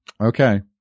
Okay